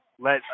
let